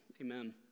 Amen